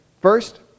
First